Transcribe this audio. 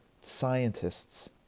scientists